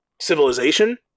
civilization